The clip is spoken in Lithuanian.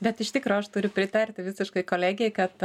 bet iš tikro aš turiu pritarti visiškai kolegei kad